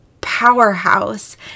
powerhouse